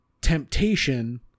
temptation